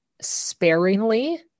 sparingly